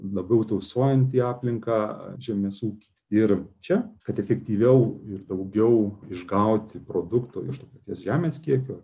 labiau tausojantį aplinką žemės ūkį ir čia kad efektyviau ir daugiau išgauti produktų iš to paties žemės kiekio